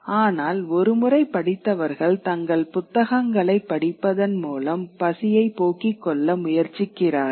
ஆனால் ஒரு முறை படித்தவர்கள் தங்கள் புத்தகங்களைப் படிப்பதன் மூலம் பசியை போக்கிக் கொள்ள முயற்சிக்கிறார்கள்